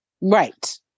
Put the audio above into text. Right